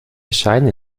scheine